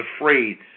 afraid